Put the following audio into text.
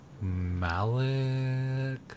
Malik